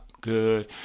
Good